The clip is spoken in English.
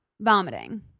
Vomiting